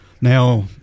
Now